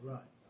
Right